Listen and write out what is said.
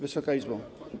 Wysoka Izbo!